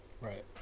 right